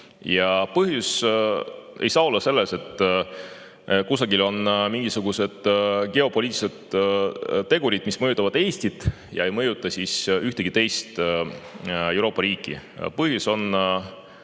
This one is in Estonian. langust. Põhjus ei saa olla selles, et kusagil on mingisugused geopoliitilised tegurid, mis mõjutavad Eestit ja ei mõjuta ühtegi teist Euroopa riiki. Põhjus on